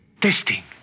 Testing